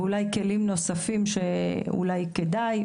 ואולי כלים נוספים שאולי כדאי,